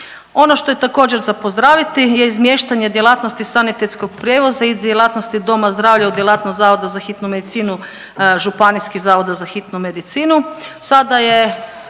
Ono što je također, za pozdraviti je izmještanje djelatnosti sanitetskog prijevoza iz djelatnosti doma zdravlja u djelatnost zavoda za hitnu medicinu županijskih zavoda za hitnu medinu,